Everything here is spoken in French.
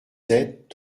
sept